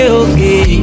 okay